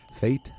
Fate